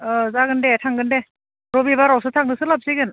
औ जागोन दे थांगोन दे रबिबारावसो थांनो सोलाबसिगोन